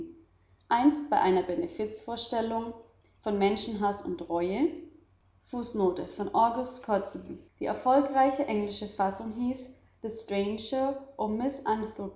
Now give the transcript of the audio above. einst bei einer benefizvorstellung von menschenhaß und reue fußnote von august kotzebue die erfolgreiche englische fassung hieß the